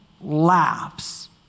laughs